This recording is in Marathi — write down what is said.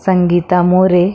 संगीता मोरे